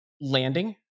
landing